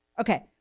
Okay